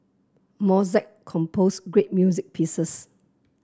Mozart composed great music pieces